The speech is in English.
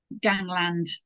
gangland